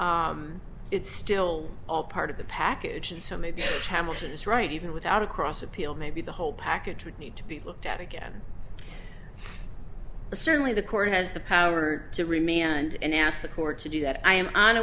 it's still all part of the package and so maybe hamilton is right even without across appeal maybe the whole package would need to be looked at again but certainly the court has the power to remain and ask the court to do that i am